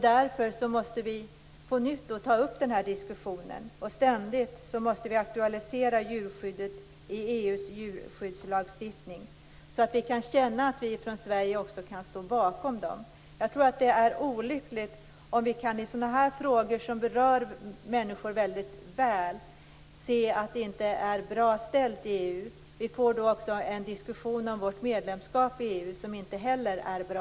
Därför måste vi på nytt ta upp diskussionen och ständigt aktualisera djurskyddet i EU:s djurskyddslagstiftning. Vi från Sveriges sida måste känna att vi kan stå bakom dem. Det är olyckligt att vi i sådana frågor som berör människor djupt kan se att det inte är bra ställt i EU. Det blir då också en diskussion om vårt medlemskap i EU som inte är bra.